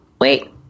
wait